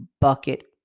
Bucket